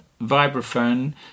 vibraphone